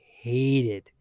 hated